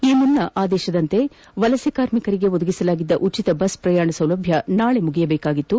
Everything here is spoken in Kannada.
ಈ ಮುನ್ನ ಆದೇಶದಂತೆ ವಲಸೆ ಕಾರ್ಮಿಕರಿಗೆ ಒದಗಿಸಲಾಗಿದ್ದ ಉಚಿತ ಬಸ್ ಪ್ರಯಾಣ ಸೌಲಭ್ಯ ನಾಳೆ ಕೊನೆಗೊಳ್ಳಬೇಕಿದ್ದು